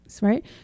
Right